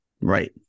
Right